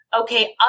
Okay